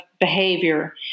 behavior